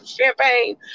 champagne